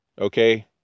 okay